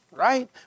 Right